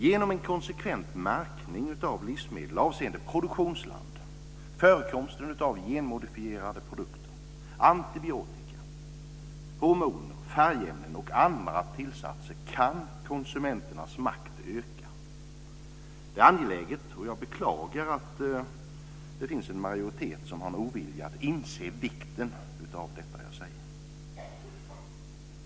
Genom en konsekvent märkning av livsmedel avseende produktionsland, förekomsten av genmodifierade produkter, antibiotika, hormoner, färgämnen och andra tillsatser kan konsumenternas makt öka. Det är angeläget, och jag beklagar att det finns en majoritet som har en ovilja att inse vikten av det jag säger.